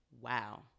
Wow